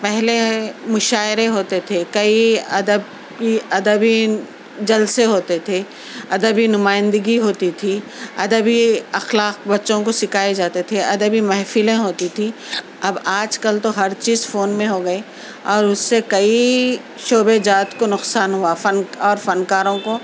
پہلے مشاعرے ہو تے تھے کئی ادب کی ادبی جلسے ہوتے تھے ادبی نمائندگی ہوتی تھی ادبی اخلاق بچوں کو سکھائے جاتے تھے ادبی محفلیں ہوتی تھیں اب آج کل تو ہر چیز فون میں ہو گئے اور اس سے کئی شعبہ جات کو نقصان ہوا فن اور فنکاروں کو